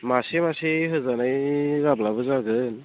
मासे मासे होजानाय जाब्लाबो जागोन